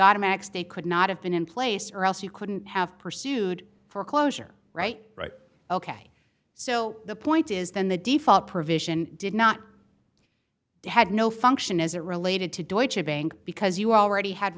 automatic stay could not have been in place or else you couldn't have pursued for a closure right right ok so the point is then the default provision did not had no function as it related to doit's a bank because you already had